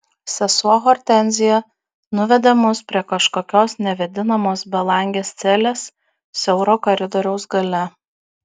sesuo hortenzija nuvedė mus prie kažkokios nevėdinamos belangės celės siauro koridoriaus gale